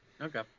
okay